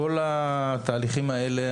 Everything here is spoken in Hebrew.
כל התהליכים האלה,